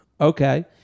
Okay